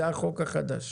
זה החוק החדש.